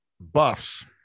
Buffs